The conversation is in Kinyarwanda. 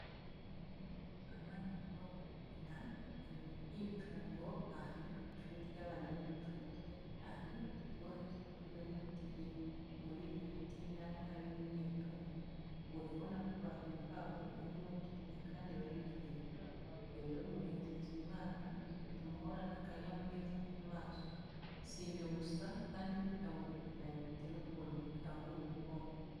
Bana barimo gukina bari mumyicungoaha nikwishuri ry,abana bincuke aha nikukigo hakikijwe nibiti byinshi muribyobiti ninaho harimo imyicunfo urabona ko bahimbawe barimo gukina kandi barishimye ibyo rero binezeza umwana bigatuma ahorana akanyamuneza kumaso sibyo gusa kandi burya ngo gukina bifite nukuntu bikangura ubwonko.